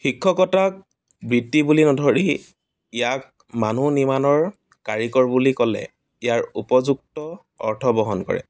শিক্ষকতাক বৃত্তি বুলি নধৰি ইয়াক মানুহ নিৰ্মাণৰ কাৰিকৰ বুলি ক'লে ইয়াৰ উপযুক্ত অৰ্থ বহন কৰে